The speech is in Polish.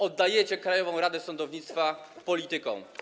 Oddajecie Krajową Radę Sądownictwa politykom.